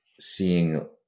seeing